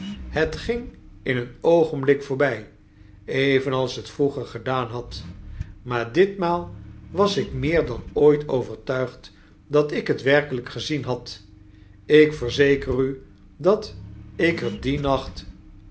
het ging in een oogenblik voorbij evenals het vroeger gedaan had maar ditmaal was ik meer dan ooit overtuigd dat ik het werkelijk gezien had ik verzeker u dat ik er dien nacht